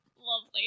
Lovely